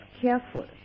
careful